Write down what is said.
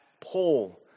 Paul